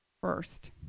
first